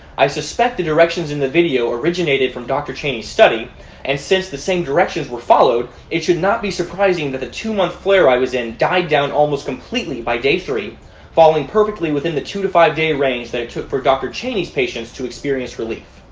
i suspect the directions in the video originated from dr. cheney's study and since the same directions were followed it should not be surprising that the two-month flare i was in died down almost completely by day three falling perfectly within the two to five day range that it took for dr. cheney's patients to experience relief.